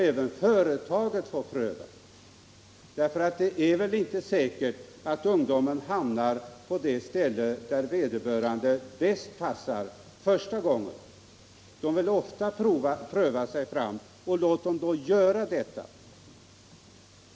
Även företagaren får då pröva, eftersom det väl inte är säkert att ungdomarna redan första gången hamnar på det ställe där de passar bäst. Ungdomarna vill ofta pröva sig fram. Låt dem då göra det!